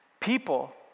People